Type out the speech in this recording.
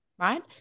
right